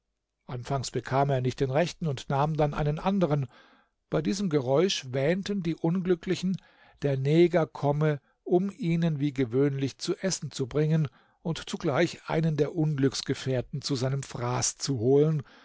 anfangs bekam er nicht den rechten und nahm dann einen andern bei diesem geräusch wähnten die unglücklichen der neger komme um ihnen wie gewöhnlich zu essen zu bringen und zugleich einen der unglücksgefährten zu seinem fraß zu holen